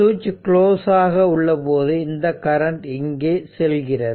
சுவிட்ச் க்ளோஸ் ஆக உள்ளபோது இந்த கரண்ட் இங்கே செல்கிறது